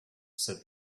said